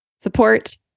Support